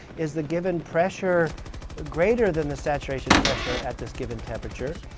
is the given pressure greater than the saturation pressure at this given temperature.